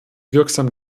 wirksam